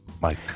Mike